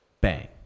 Bang